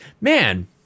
man